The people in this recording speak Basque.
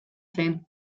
zen